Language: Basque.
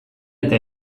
eta